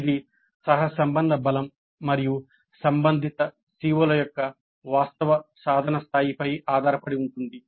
ఇది సహసంబంధ బలం మరియు సంబంధిత CO ల యొక్క వాస్తవ సాధన స్థాయిపై ఆధారపడి ఉంటుంది